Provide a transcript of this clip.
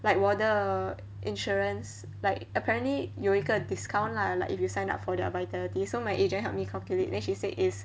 like 我的 insurance like apparently 有一个 discount lah like if you sign up for their vitality so my agent help me calculate then she said is